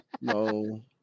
No